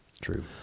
True